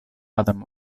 adam